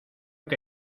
que